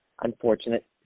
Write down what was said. unfortunate